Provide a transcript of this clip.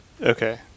Okay